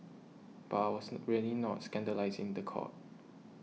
but I wasn't really not scandalising the court